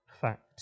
fact